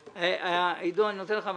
עידו, אני נותן לך.